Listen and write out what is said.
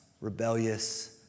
rebellious